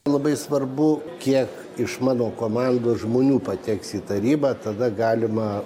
labai svarbu kiek iš mano komandos žmonių pateks į tarybą tada galima